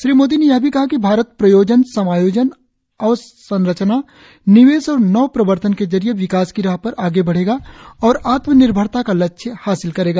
श्री मोदी ने यह भी कहा कि भारत प्रयोजन समायोजन अवसंरचना निवेश और नवप्रवर्तन के जरिये विकास की राह पर आगे बढ़ेगा और आत्मनिर्भरता का लक्ष्य हासिल करेगा